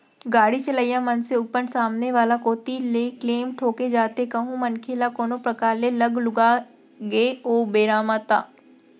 गाड़ी चलइया मनसे ऊपर सामने वाला कोती ले क्लेम ठोंके जाथे कहूं मनखे ल कोनो परकार ले लग लुगा गे ओ बेरा म ता